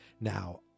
Now